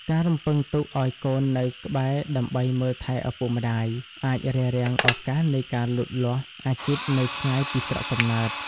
ការរំពឹងទុកឱ្យកូននៅក្បែរដើម្បីមើលថែឪពុកម្តាយ អាចរារាំងឱកាសនៃការលូតលាស់អាជីពនៅឆ្ងាយពីស្រុកកំណើត។